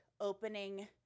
opening